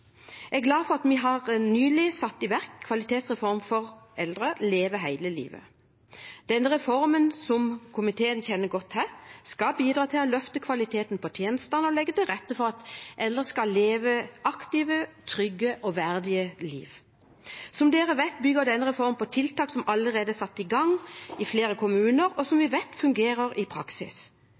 Jeg er glad for at vi nylig har satt i verk kvalitetsreformen for eldre, Leve hele livet. Denne reformen, som komiteen kjenner godt til, skal bidra til å løfte kvaliteten på tjenestene og legge til rette for at eldre skal leve aktive, trygge og verdige liv. Som dere vet, bygger denne reformen på tiltak som allerede er satt i gang i flere kommuner, og som vi vet fungerer i praksis.